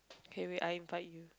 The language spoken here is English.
okay wait I invite